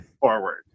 forward